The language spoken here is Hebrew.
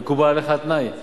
מקובל עליך התנאי?